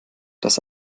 dass